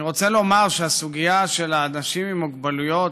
אני רוצה לומר שהסוגיה של האנשים עם מוגבלויות